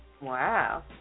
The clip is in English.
Wow